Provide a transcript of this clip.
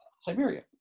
siberia